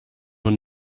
will